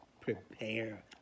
Prepare